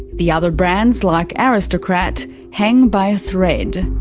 the other brands like aristocrat hang by a thread.